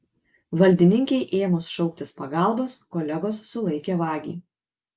valdininkei ėmus šauktis pagalbos kolegos sulaikė vagį